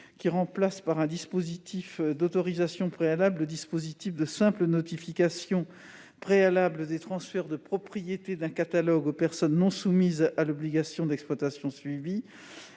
à remplacer, par un dispositif d'autorisation préalable, celui de simple notification préalable des transferts de propriété d'un catalogue aux personnes non soumises à l'obligation d'exploitation suivie.